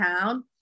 town